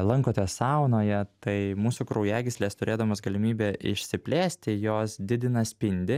lankotės saunoje tai mūsų kraujagyslės turėdamos galimybę išsiplėsti jos didina spindį